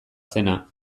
zena